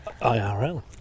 IRL